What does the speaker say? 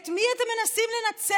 את מי אתם מנסים לנצח?